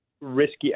risky